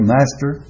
Master